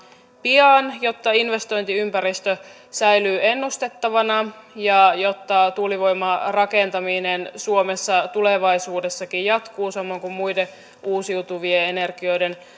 pian jotta investointiympäristö säilyy ennustettavana ja jotta tuulivoimarakentaminen suomessa tulevaisuudessakin jatkuu samoin kuin muiden uusiutuvien energioiden